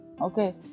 Okay